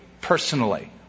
personally